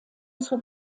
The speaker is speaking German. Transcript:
zur